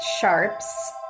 sharps